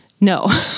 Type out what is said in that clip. No